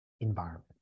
environment